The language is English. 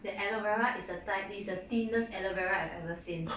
the aloe vera is the type is the thinnest aloe vera I've ever seen